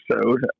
episode